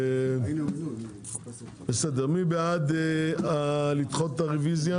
מי בעד הרביזיה?